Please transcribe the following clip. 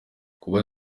kubaka